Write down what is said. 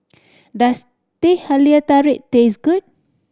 does Teh Halia Tarik taste good